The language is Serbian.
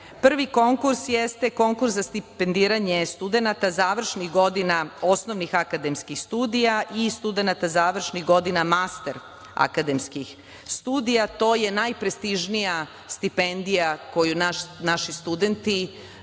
Prvi konkurs jeste konkurs za stipendiranje studenata završnih godina osnovnih akademskih studija i studenata završnih godina master akademskih studija. To je najprestižnija stipendija koju naši studenti